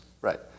Right